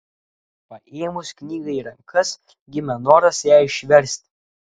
paėmus knygą į rankas gimė noras ją išversti